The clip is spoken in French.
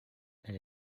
elle